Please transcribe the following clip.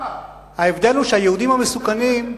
ההבדל הוא שהיהודים המסוכנים,